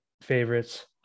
favorites